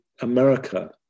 America